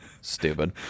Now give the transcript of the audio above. Stupid